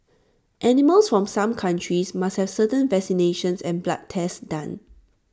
animals from some countries must have certain vaccinations and blood tests done